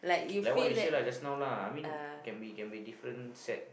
like what you said lah just now lah I mean can be can be different set